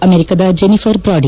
ಅಮೆರಿಕದ Jennifer Brady